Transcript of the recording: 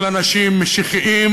של אנשים משיחיים,